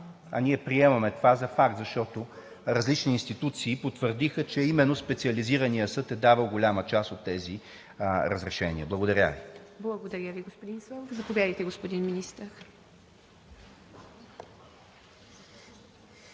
А ние приемаме това за факт, защото различни институции потвърдиха, че именно Специализираният съд е давал голяма част от тези разрешения. Благодаря Ви. ПРЕДСЕДАТЕЛ ИВА МИТЕВА: Благодаря Ви, господин Славов. Заповядайте, господин Министър.